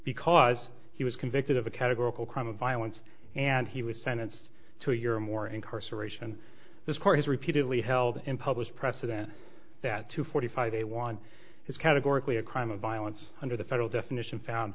because he was convicted of a categorical crime of violence and he was sentenced to a year or more incarceration this court has repeatedly held and published precedent that to forty five they want has categorically a crime of violence under the federal definition found